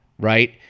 Right